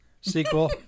sequel